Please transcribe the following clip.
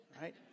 right